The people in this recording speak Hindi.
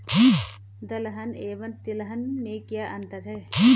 दलहन एवं तिलहन में क्या अंतर है?